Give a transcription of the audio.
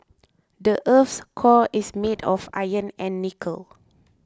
the earth's core is made of iron and nickel